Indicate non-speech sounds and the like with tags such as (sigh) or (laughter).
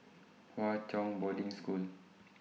Hwa Chong Boarding (noise) School